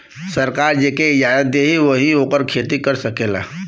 सरकार जेके इजाजत देई वही ओकर खेती कर सकेला